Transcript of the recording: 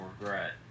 regret